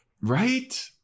Right